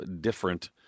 different